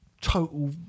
total